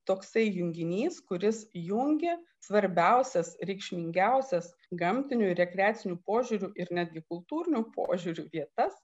toksai junginys kuris jungia svarbiausias reikšmingiausias gamtiniu ir rekreaciniu požiūriu ir netgi kultūriniu požiūriu vietas